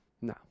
No